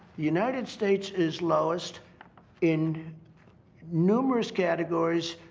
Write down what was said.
united states is lowest in numerous categories.